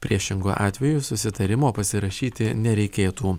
priešingu atveju susitarimo pasirašyti nereikėtų